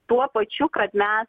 tuo pačiu kad mes